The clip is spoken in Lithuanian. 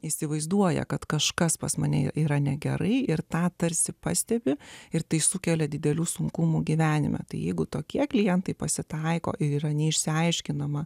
įsivaizduoja kad kažkas pas mane yra negerai ir tą tarsi pastebi ir tai sukelia didelių sunkumų gyvenime tai jeigu tokie klientai pasitaiko ir yra neišsiaiškinama